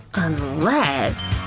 unless,